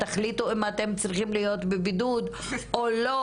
תחליטו אם אתם צריכים להיות בבידוד או לא",